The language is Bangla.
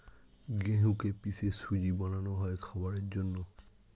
গেহুকে পিষে সুজি বানানো হয় খাবারের জন্যে